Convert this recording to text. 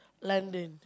London